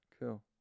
Cool